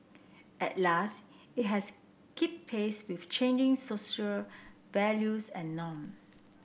and last it has keep pace with changing social values and norm